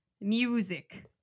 music